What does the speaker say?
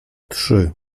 trzy